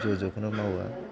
ज' ज'खौनो मावा